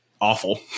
awful